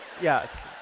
yes